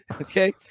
Okay